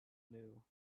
new